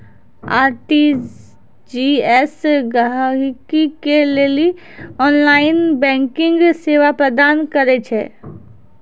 RTGS गहकि के लेली ऑनलाइन बैंकिंग सेवा प्रदान करै छै